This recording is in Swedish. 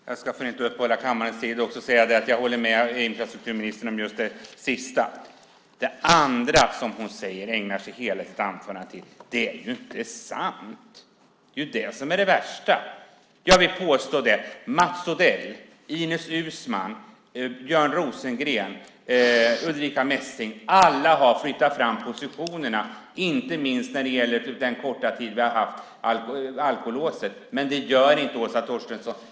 Fru talman! Jag ska för att inte uppehålla kammarens tid också säga att jag håller med infrastrukturministern om det sista. Det andra hon säger och ägnar hela sitt anförande är inte sant. Det är det som är det värsta. Jag vill påstå att Mats Odell, Ines Uusman, Björn Rosengren och Ulrica Messing alla har flyttat fram positionerna, inte minst när det gäller den korta tid vi har haft alkolåset. Men det gör inte Åsa Torstensson.